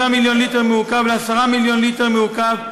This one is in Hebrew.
מיליון ליטר מעוקב ל-10 מיליון ליטר מעוקב,